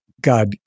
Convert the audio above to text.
God